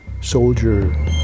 soldier